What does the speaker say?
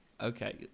Okay